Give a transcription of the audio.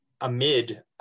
amid